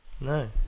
No